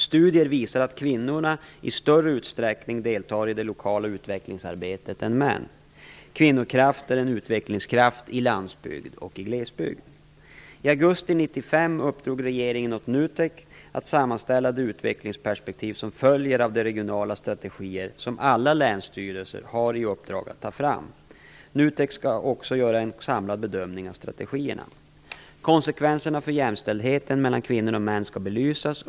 Studier visar att kvinnorna i större utsträckning deltar i det lokala utvecklingsarbetet än vad män gör. Kvinnokraften är en utvecklingskraft i landsbygd och glesbygd. I augusti 1995 uppdrog regeringen åt NUTEK att sammanställa de utvecklingsperspektiv som följer av de regionala strategier som alla länsstyrelser har i uppdrag att ta fram. NUTEK skall också göra en samlad bedömning av strategierna. Konsekvenserna för jämställdheten mellan kvinnor och män skall belysas.